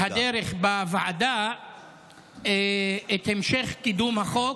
בהמשך הדרך בוועדה את המשך קידום החוק.